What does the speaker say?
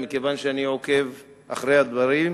מכיוון שאני עוקב אחרי הדברים,